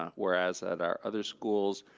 whereas at our other schools,